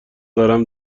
دارم